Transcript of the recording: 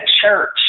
church